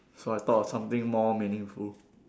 so I thought of something more meaningful